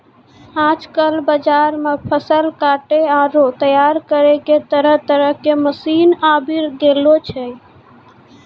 आजकल बाजार मॅ फसल काटै आरो तैयार करै के तरह तरह के मशीन आबी गेलो छै